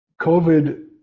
COVID